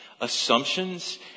assumptions